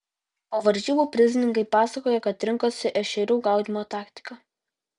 po varžybų prizininkai pasakojo kad rinkosi ešerių gaudymo taktiką